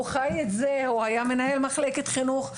הוא חי את זה, הוא מנהל מחלקת חינוך.